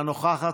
אינה נוכחת,